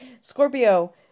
scorpio